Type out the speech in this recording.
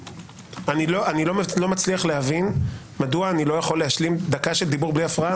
אני לא מצליח להבין מדוע אני לא יכול להשלים דקה של דיבור בלי הפרעה.